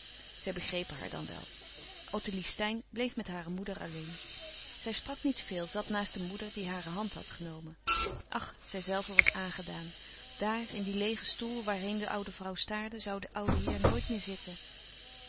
ze begrepen haar dan wel ottilie steyn bleef met hare moeder alleen zij sprak niet veel zat naast de moeder die hare hand had genomen ach zijzelve was aangedaan daar in dien leêgen stoel waarheen de oude vrouw staarde zoû de oude heer nooit meer zitten